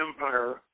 empire